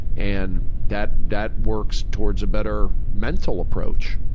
and that that works towards a better mental approach.